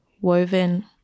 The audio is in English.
woven